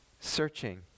searching